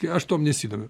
tai aš tuom nesidomiu